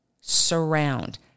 Surround